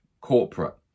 corporate